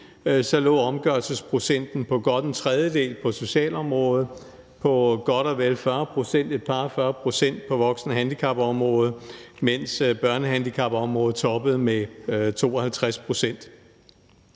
se, at omgørelsesprocenten lå på godt en tredjedel på socialområdet, på godt og vel 40 pct., et par og fyrre procent, på voksenhandicapområdet, mens børnehandicapområdet toppede med 52 pct.